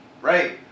right